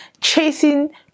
chasing